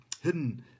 hidden